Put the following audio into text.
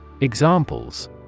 Examples